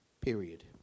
Period